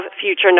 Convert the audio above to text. future